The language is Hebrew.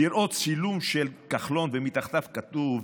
צילום של כחלון ומתחתיו כתוב